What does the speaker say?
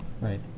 Right